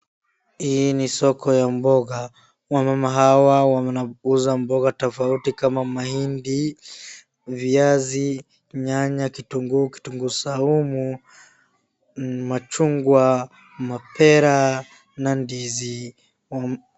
Hii ni soko ya mboga. Wamama hawa wanauza mboga tofauti kama mahindi, viazi, nyanya, kitunguu, kitunguu saumu, machungwa, mapera na ndizi.